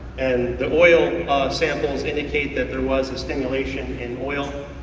and the oil samples indicate that there was a stimulation in oil.